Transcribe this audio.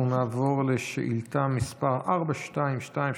אנחנו נעבור לשאילתה מס' 422,